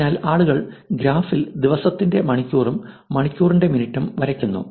അതിനാൽ ആളുകൾ ഗ്രാഫിൽ ദിവസത്തിന്റെ മണിക്കൂറും മണിക്കൂറിന്റെ മിനിറ്റും വരയ്ക്കുന്നു